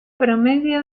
promedio